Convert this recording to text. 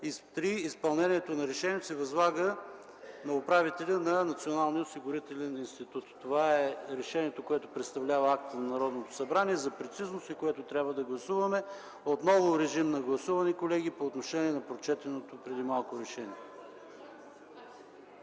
3. Изпълнението на решението се възлага на управителя на Националния осигурителен институт.” Това е проекторешението, което представлява акта на Народното събрание – за прецизност, и което трябва да гласуваме. Отново режим на гласуване, колеги, по отношение на прочетеното преди малко проекторешение.